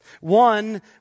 One